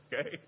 okay